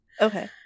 okay